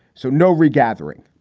so no regathering.